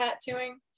tattooing